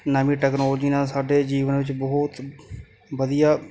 ਨਵੀਂ ਟੈਕਨੋਲਜੀ ਨੇ ਸਾਡੇ ਜੀਵਨ ਵਿੱਚ ਬਹੁਤ ਵਧੀਆ